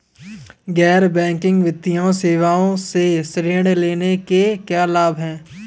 गैर बैंकिंग वित्तीय सेवाओं से ऋण लेने के क्या लाभ हैं?